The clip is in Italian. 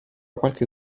qualche